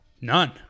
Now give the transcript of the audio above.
None